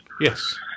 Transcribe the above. Yes